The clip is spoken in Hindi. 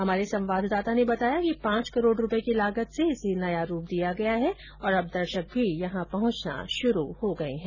हमारे संवाददाता ने बताया कि पांच करोड़ रूपये की लागत से इसे नया रूप दिया गया है और अब दर्शक भी यहां पहुंचना शुरू हो गये है